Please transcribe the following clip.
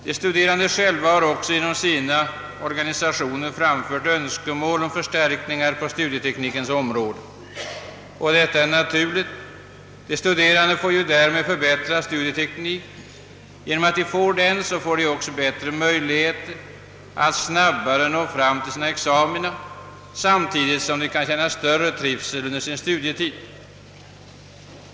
De studerande själva har också genom sina organisationer framfört önskemål om förstärkningar på studieteknikens område. Detta är naturligt. De studerande får ju därmed förbättrad studieteknik, och därigenom får de också bättre möjligheter att snabbt nå fram till sina examina, samtidigt som de kan känna större trivsel under sin studietid.